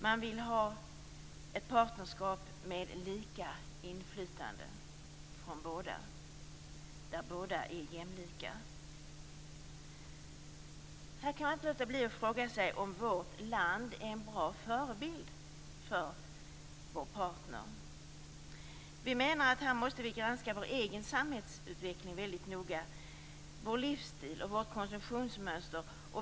Man vill ha ett partnerskap med lika inflytande för båda, där båda är jämlika. Här kan jag inte låta bli att fråga mig om vårt land är en bra förebild för vår partner. Vi menar att vi måste granska vår egen samhällsutveckling noga, vår livsstil och vårt konsumtionsmönster.